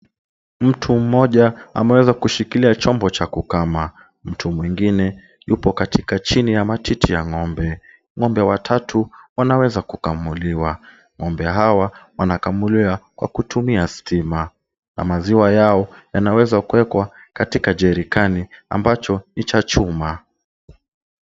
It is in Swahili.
Mtu mmoja ameweza kushikilia chombo cha kukama, mtu mwingine yupo katika chini ya matiti ya ng'ombe, ng'ombe watatu wanaweza kukamuliwa, ng'ombe hawa wanakamuliwa kwa kutumia stima na maziwa yao yanaweza kuwekwa katika jerikani ambacho ni cha chuma.